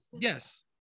Yes